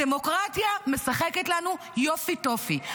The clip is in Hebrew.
הדמוקרטיה משחקת לנו יופי-טופי.